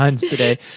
today